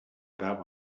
about